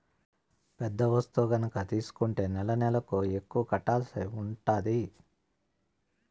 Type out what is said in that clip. పెద్ద వస్తువు గనక తీసుకుంటే నెలనెలకు ఎక్కువ కట్టాల్సి ఉంటది